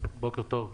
בוקר טוב.